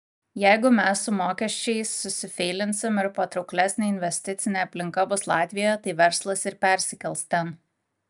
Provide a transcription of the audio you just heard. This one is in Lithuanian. jeigu mes su mokesčiais susifeilinsim ir patrauklesnė investicinė aplinka bus latvijoje tai verslas ir persikels ten